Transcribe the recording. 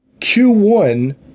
Q1